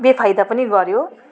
बेफाइदा पनि गर्यो